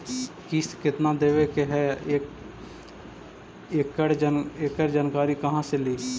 किस्त केत्ना देबे के है एकड़ जानकारी कहा से ली?